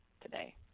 today